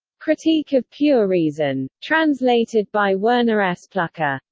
critique of pure reason. translated by werner s. pluhar.